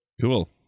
cool